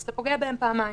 אז אתה פוגע בהם פעמיים.